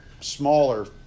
smaller